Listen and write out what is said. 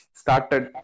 started